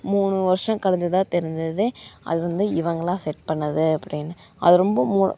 மூணு வருஷம் கழிந்து தான் தெரிந்தது அது வந்து இவங்களாக செட் பண்ணிணது அப்படின்னு அது ரொம்ப மூ